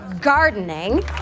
gardening